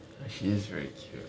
ya she is very cute